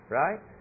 right